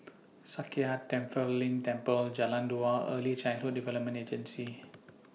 Sakya Tenphel Ling Temple Jalan Dua Early Childhood Development Agency